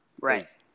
right